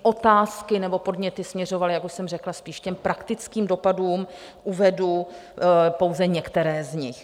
Otázky nebo podněty směřovaly, jak už jsem řekla, spíš k těm praktickým dopadům uvedu pouze některé z nich.